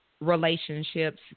relationships